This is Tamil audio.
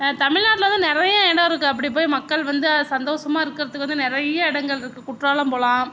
தமிழ்நாட்டில் வந்து நிறைய இடம் இருக்குது அப்படி போய் மக்கள் வந்து சந்தோஷமா இருக்கிறதுக்கு வந்து நிறைய இடங்கள் இருக்குது குற்றாலம் போகலாம்